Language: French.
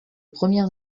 premières